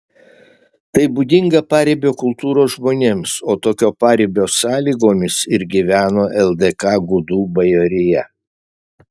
tai būdinga paribio kultūros žmonėms o tokio paribio sąlygomis ir gyveno ldk gudų bajorija